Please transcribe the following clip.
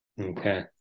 Okay